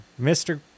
Mr